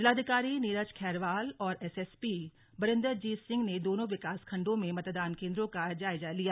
जिलाधिकारी नीरज खैरवाल और एसएसपी बरिंदरजीत सिंह ने दोनों विकास खंडों में मतदान केंद्रों का जायजा लिया